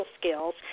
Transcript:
skills